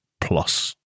plus